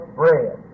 bread